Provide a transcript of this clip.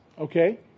okay